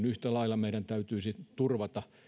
yhtä lailla meidän täytyisi turvata